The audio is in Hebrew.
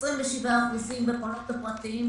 27% במעונות הפרטיים,